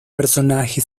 personaje